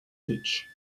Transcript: ditch